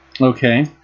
Okay